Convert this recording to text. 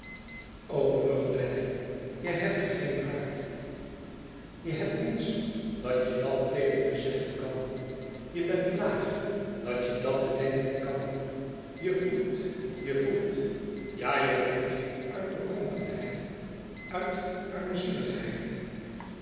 brulde hij je hebt geen hart je hebt niets dat je dat tegen me zeggen kan je bent laag dat je dàt bedenken kan je voelt je voelt ja je voelt uit bekrompenheid uit